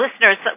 listeners